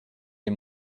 lès